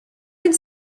and